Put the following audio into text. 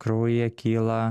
kraujyje kyla